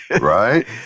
Right